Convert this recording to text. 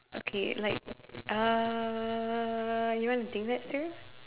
okay like uh you want to think that through